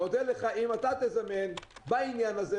אודה לך אם אתה תזמן בעניין הזה,